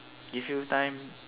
give you time